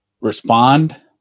respond